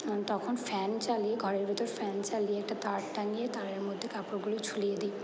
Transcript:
তখন ফ্যান চালিয়ে ঘরের ভেতর ফ্যান চালিয়ে একটা তার টাঙিয়ে তারের মধ্যে কাপড়গুলো ঝুলিয়ে দিই